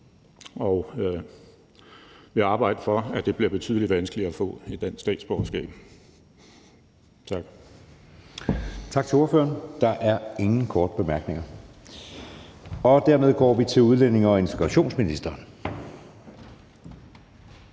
og vi vil arbejde for, at det bliver betydelig vanskeligere at få et dansk statsborgerskab. Tak.